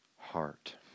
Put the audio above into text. heart